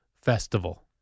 festival